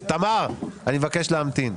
תמר, אני מבקש להמתין.